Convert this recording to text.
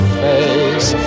face